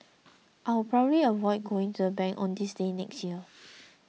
I will probably avoid going to the bank on this day next year